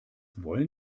wollen